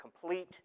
complete